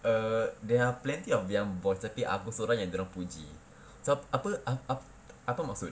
err there are plenty of young boys tapi aku sorang yang dorang puji so apa apa uh apa maksud